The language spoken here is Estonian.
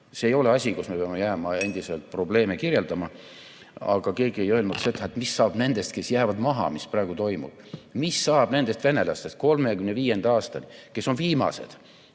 See ei ole asi, kus me peame jääma endiselt probleeme kirjeldama. Aga keegi ei öelnud seda, mis saab nendest, kes jäävad maha. Mis praegu toimub? Mis saab nendest venelastest 2035. aastani, kes on viimased,